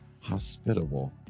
hospitable